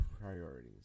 priorities